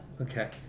Okay